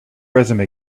resume